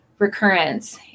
recurrence